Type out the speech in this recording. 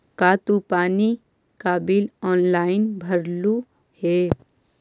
का तू पानी का बिल ऑनलाइन भरलू हे